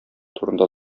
турында